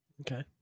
Okay